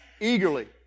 eagerly